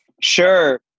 Sure